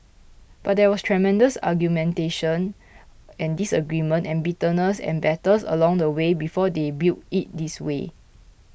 but there was tremendous argumentation and disagreement and bitterness and battles along the way before they built it this way